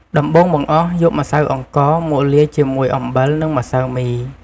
ដំបូងបង្អស់ យក ម្សៅអង្ករ មកលាយជាមួយ អំបិល និង ម្សៅមី។